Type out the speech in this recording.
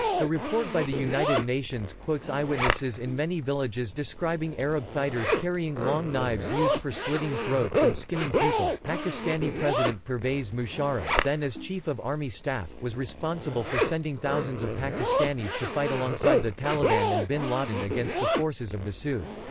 the report by the united nations quotes eyewitnesses in many villages describing arab fighters carrying long knives used for slitting throats and skinning people pakistani president pervez musharraf then as chief of army staff was responsible for sending thousands of pakistanis to fight alongside the taliban and bin laden against the forces of massoud.